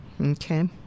okay